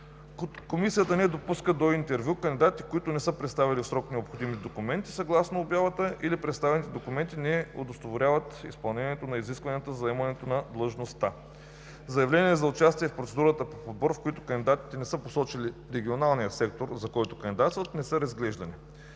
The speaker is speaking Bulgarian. Комисията не допуска до интервю кандидатите, които не са представили в срок необходимите документи, съгласно обявата или представените документи не удостоверяват изпълнението на изискванията за заемането на длъжността. Заявления за участие в процедурата по подбор, в които кандидатите не са посочили регионалния сектор, за който кандидатстват, не са разглеждани.